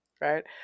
right